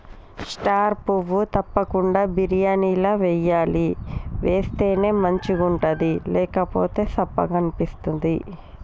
star పువ్వు తప్పకుండ బిర్యానీల వేయాలి వేస్తేనే మంచిగుంటది లేకపోతె సప్పగ అనిపిస్తది